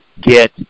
get